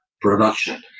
production